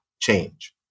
change